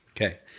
Okay